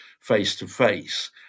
face-to-face